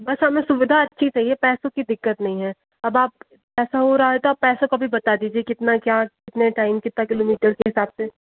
बस हमें सुविधा अच्छी चाहिए पैसों कि दिक्कत नहीं है अब आप ऐसा हो रहा है तो आप पैसे का भी बता दीजिए कितना क्या कितने टैम कितना किलोमीटर उसके हिसाब से